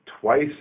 twice